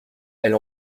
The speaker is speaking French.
elle